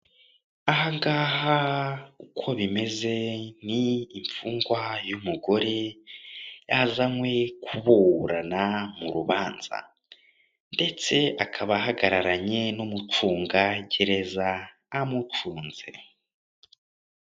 Ahangaha uko bimeze ni imfungwa y'umugore yazanywe kuburana mu rubanza, ndetse akaba ahagararanye n'umucungagereza, amucunze.